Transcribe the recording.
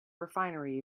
refinery